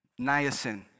Niacin